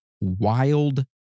wild